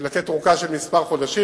לתת ארכה של כמה חודשים.